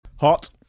Hot